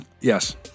yes